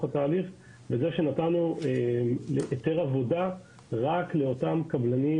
התהליך בזה שנתנו היתר העסקה רק לקבלנים